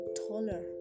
taller